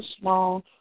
small